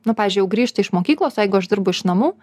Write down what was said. nu pavyzdžiui jau grįžta iš mokyklos jeigu aš dirbu iš namų